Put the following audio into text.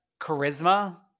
charisma